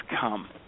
come